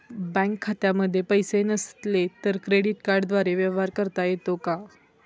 Bank खात्यामध्ये पैसे नसले तरी क्रेडिट कार्डद्वारे व्यवहार करता येतो का?